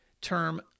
term